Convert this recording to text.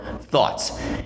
thoughts